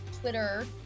Twitter